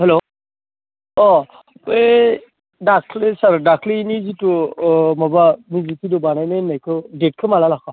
hello अह बै दाखालै सार दाखालैनि जिथु माबा मिउजिक भिडिअ बानायनो होन्नायखौ डेटखौ माब्ला लाखो